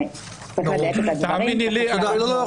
תאמיני לי --- לא.